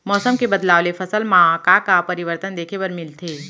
मौसम के बदलाव ले फसल मा का का परिवर्तन देखे बर मिलथे?